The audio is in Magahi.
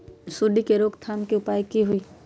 सूंडी के रोक थाम के उपाय का होई?